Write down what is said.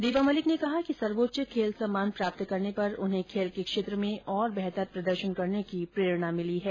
दीपा मलिक ने कहा कि सर्वोच्च खेल सम्मान प्राप्त करने पर उन्हें खेल के क्षेत्र में और बेहतर प्रदर्शन करने की प्रेरणा मिली है